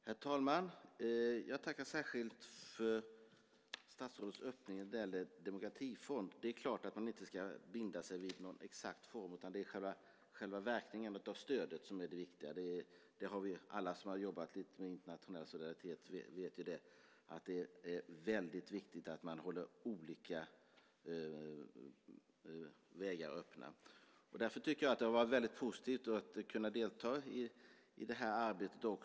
Herr talman! Jag tackar särskilt för statsrådets öppning när det gäller en demokratifond. Det är klart att man inte ska binda sig vid en exakt form, utan det är själva verkan av stödet som är det viktiga. Alla vi som jobbat lite grann med internationell solidaritet vet att det är väldigt viktigt att hålla olika vägar öppna. Därför tycker jag att det har varit väldigt positivt att kunna delta också i det här arbetet.